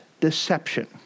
deception